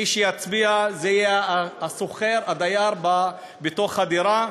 מי שיצביע, זה השוכר, הדייר בדירה.